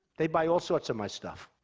they buy all sorts of my stuff,